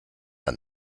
der